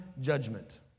judgment